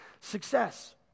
Success